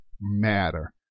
matter